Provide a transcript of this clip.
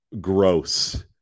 Gross